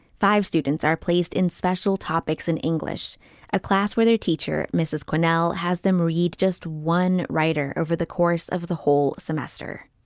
five students are placed in special topics in english a class where their teacher mrs. cornell has them read just one writer over the course of the whole semester